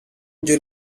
july